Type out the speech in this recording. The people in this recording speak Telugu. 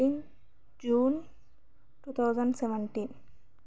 thirteen June two thousand seventeen